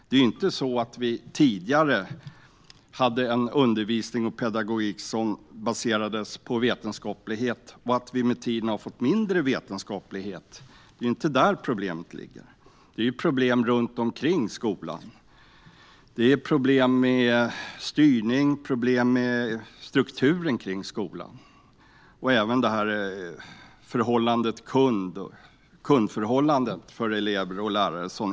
Det är inte på det sättet att vi tidigare hade en undervisning och pedagogik som var baserad på vetenskap och att det med tiden har blivit mindre vetenskap. Det är inte där problemet ligger. Det handlar om problem omkring skolan. Det är problem med styrning, problem med strukturen i skolan. Och det stora problemet är kundförhållandet mellan elever och lärare.